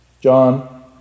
John